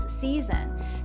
season